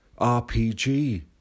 RPG